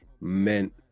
meant